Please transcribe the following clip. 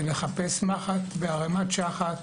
זה לחפש מחט בערימת שחת